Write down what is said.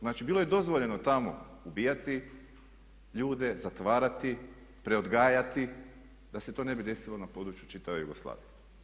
Znači bilo je dozvoljeno tamo ubijati ljude, zatvarati, preodgajati da se to ne bi desilo na području čitave Jugoslavije.